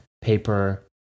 paper